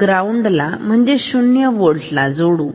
ग्राऊंडला जोडू